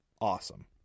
awesome